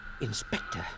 Inspector